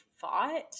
fought